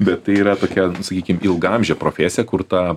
bet tai yra tokia sakykim ilgaamžė profesija kur ta